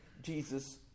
Jesus